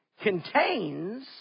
contains